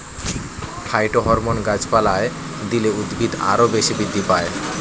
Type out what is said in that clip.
phytohormone গাছপালায় দিলে উদ্ভিদ আরও বেশি বৃদ্ধি পায়